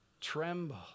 tremble